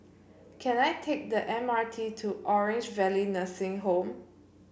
can I take the M R T to Orange Valley Nursing Home